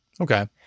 Okay